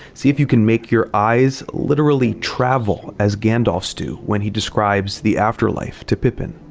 see if you can make your eyes literally travel, as gandalf's do, when he describes the afterlife to pippin.